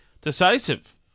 Decisive